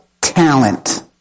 talent